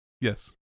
Yes